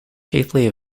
chiefly